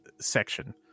section